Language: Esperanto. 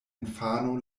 infano